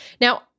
Now